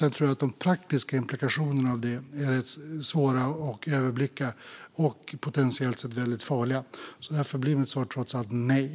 Jag tror att de praktiska implikationerna av det är svåra att överblicka och potentiellt sett väldigt farliga. Därför blir mitt svar trots allt nej.